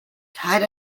tied